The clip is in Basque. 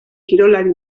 kirolari